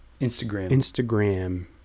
Instagram